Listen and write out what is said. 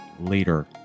later